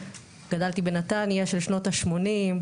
גדלתי בנתניה של שנות השמונים,